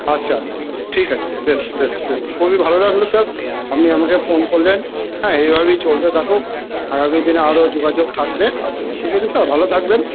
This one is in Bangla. আচ্ছা আচ্ছা স্যার ঠিক আছে বেশ বেশ বেশ খুবই ভালো লাগলো স্যার আপনি আমাকে ফোন করলেন হ্যাঁ এভাবেই চলতে থাকুক আগামীদিনে আরও যোগাযোগ থাকবে ঠিক আছে স্যার ভালো থাকবেন